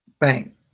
right